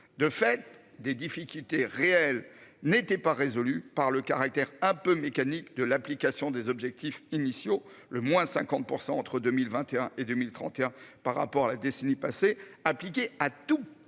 de fait des difficultés réelles n'étaient pas résolus par le caractère un peu mécanique de l'application des objectifs initiaux le moins 50% entre 2021 et 2031 par rapport à la décennie passée appliquée à tous